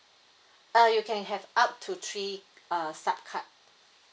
uh you can have up to three uh sub card